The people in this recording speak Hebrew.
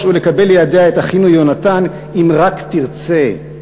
לקבל לידיה את אחינו יהונתן אם רק תרצה.